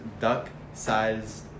duck-sized